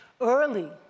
Early